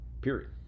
period